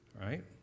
right